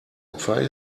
opfer